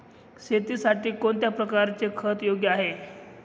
शेतीसाठी कोणत्या प्रकारचे खत योग्य आहे?